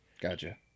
gotcha